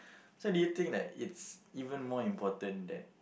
so do you think that it's even more important that